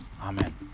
Amen